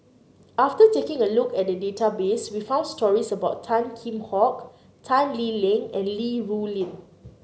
after taking a look at the database we found stories about Tan Kheam Hock Tan Lee Leng and Li Rulin